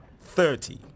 Thirty